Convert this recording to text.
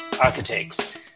Architects